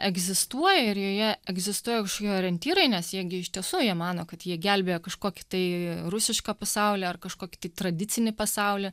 egzistuoja ir joje egzistuoja kažkokie orientyrai nes jie gi iš tiesų jie mano kad jie gelbėjo kažkokį tai rusišką pasaulį ar kažkokį tai tradicinį pasaulį